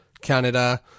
Canada